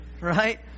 Right